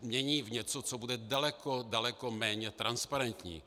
Mění v něco, co bude daleko, daleko méně transparentní.